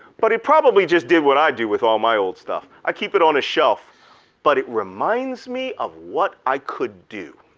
but he probably just did what i do with all my old stuff. i keep it on a shelf but it reminds me of what i could do.